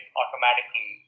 automatically